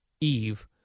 Eve